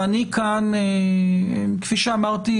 ואני כאן, כפי שאמרתי